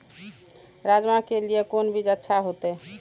राजमा के लिए कोन बीज अच्छा होते?